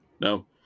No